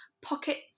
pockets